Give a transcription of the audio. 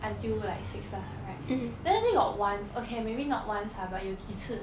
until like six plus [what] right then then got once okay maybe not once lah but 有几次